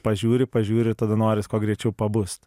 pažiūri pažiūri tada norisi kuo greičiau pabust